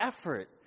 effort